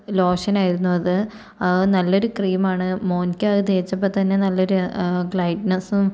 ലോഷനായിരുന്നു അത് നല്ലൊരു ക്രീമാണ് മോന്ക്ക് അത് തേച്ചപ്പോൾ തന്നെ നല്ലൊരു ഗ്ലൈഡ്നസ്സും